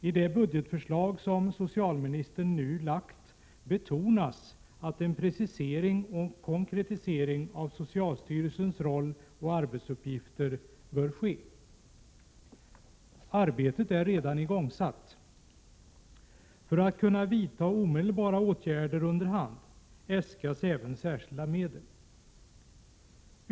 I det budgetförslag som socialministern nu har lagt fram betonas att en precisering och konkretisering av socialstyrelsens roll och arbetsuppgifter bör ske. Arbetet är redan igångsatt. För att kunna vidta omedelbara åtgärder under hand äskas även särskilda medel.